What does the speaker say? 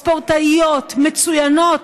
ספורטאיות מצוינות,